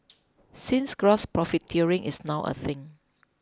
since gross profiteering is now a thing